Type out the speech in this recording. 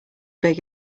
big